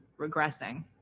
regressing